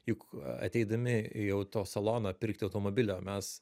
juk ateidami į autosaloną pirkti automobilio mes